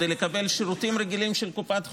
כדי לקבל שירותים רגילים של קופת חולים.